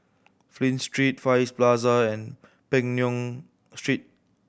Flint Street Far East Plaza and Peng Nguan Street